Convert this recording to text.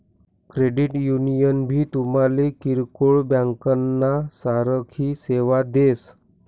credit union भी तुमले किरकोय ब्यांकना सारखी सेवा देस